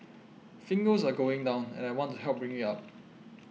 fingers are going down and I want to help bring it up